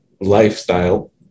lifestyle